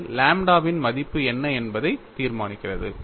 இது லாம்ப்டாவின் மதிப்பு என்ன என்பதை தீர்மானிக்கிறது